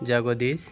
Jagadish